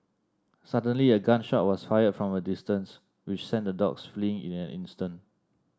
suddenly a gun shot was fired from a distance which sent the dogs fleeing in an instant